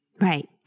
Right